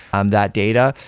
um that data.